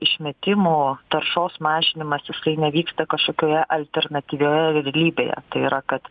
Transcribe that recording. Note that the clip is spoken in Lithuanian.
išmetimų taršos mažinimas jisai nevyksta kažkokioje alternatyvioje realybėje tai yra kad